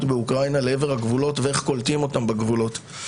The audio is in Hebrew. באוקראינה לעבר הגבולות ואיך קולטים אותם בגבולות.